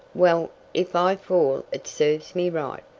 well, if i fall it serves me right.